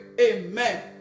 Amen